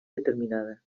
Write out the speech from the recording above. determinada